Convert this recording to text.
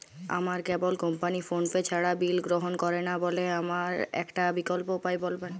আমার cable company PhonePe ছাড়া bill গ্রহণ করে না বলে আমার একটা বিকল্প উপায় বলবেন?